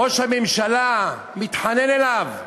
ראש הממשלה מתחנן אליו: